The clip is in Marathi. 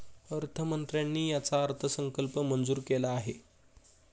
अर्थमंत्र्यांनी याचा अर्थसंकल्प मंजूर केला आहे